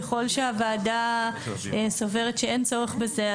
ככל שהוועדה סוברת שאין צורך בזה,